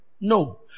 no